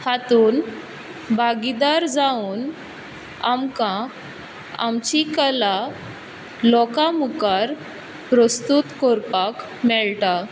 हातून भागीदार जावन आमकां आमची कला लोकां मुखार प्रस्तूत करपाक मेळटा